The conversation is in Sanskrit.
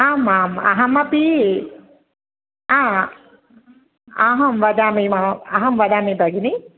आम् आम् अहमपि अहं वदामि अहं वदामि भगिनी